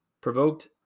provoked